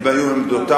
הן היו עמדותי,